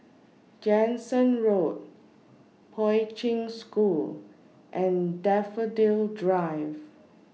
Jansen Road Poi Ching School and Daffodil Drive